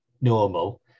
normal